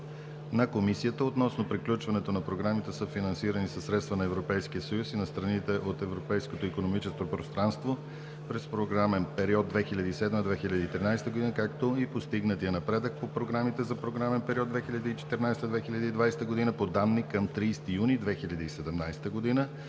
на Комисията относно приключването на програмите, съфинансирани със средства на Европейския съюз и страните от европейското икономическо пространство, през програмен период 2007 – 2013 г., както и постигнатия напредък по програмите за програмен период 2014 – 2020 г., по данни към 30 юни 2017 г.